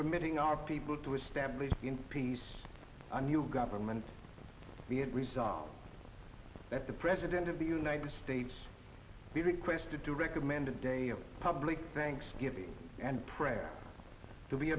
permitting our people to establish peace a new government be it resolved that the president of the united states be requested to recommend a day of public thanksgiving and prayer to